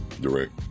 direct